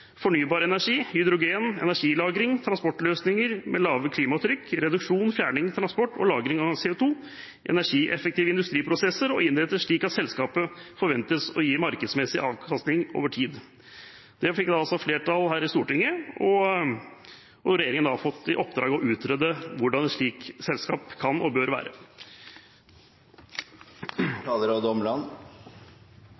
fornybar energi, hydrogen, energilagring, transportløsninger med lave klimatrykk, reduksjon, fjerning, transport og lagring av CO2, energieffektive industriprosesser, og som er innrettet slik at selskapet forventes å gi markedsmessig avkastning over tid. Dette fikk flertall her i Stortinget, og regjeringen har fått i oppdrag å utrede hvordan et slikt selskap kan og bør være.